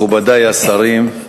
מכובדי השרים,